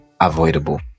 avoidable